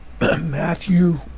Matthew